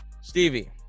Stevie